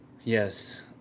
Yes